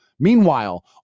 Meanwhile